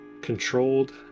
controlled